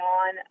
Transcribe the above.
on